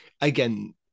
again